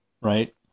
right